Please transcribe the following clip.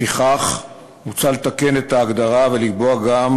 לפיכך מוצע לתקן את ההגדרה ולקבוע גם